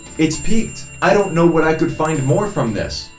it's peaked. i don't know what i could find more from this.